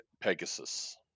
pegasus